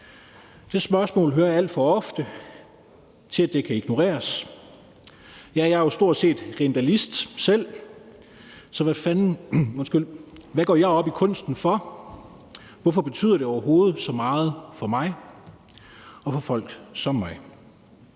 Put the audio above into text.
Det spørgsmål hører jeg alt for ofte, til at det kan ignoreres; jeg er jo stort set rindalist selv, lyder det, så hvad fanden – undskyld – går jeg op i kunsten for? Hvorfor betyder det overhovedet så meget for mig og for folk som mig?